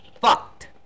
fucked